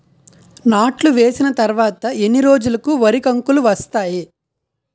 నాట్లు వేసిన తర్వాత ఎన్ని రోజులకు వరి కంకులు వస్తాయి?